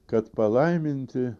kad palaiminti